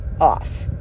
off